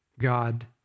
God